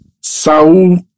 Saul